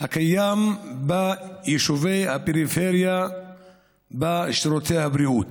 הקיים ביישובי הפריפריה בשירותי הבריאות: